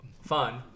fun